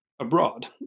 abroad